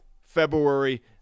February